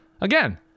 Again